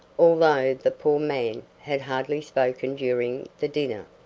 although the poor man had hardly spoken during the dinner.